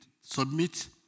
submit